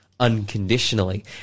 unconditionally